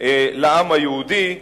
רבים לעם היהודי.